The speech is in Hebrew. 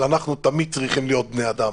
אבל אנחנו תמיד צריכים להיות בני אדם.